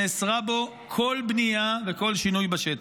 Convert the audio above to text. נאסרו בו כל בנייה וכל שינוי בשטח.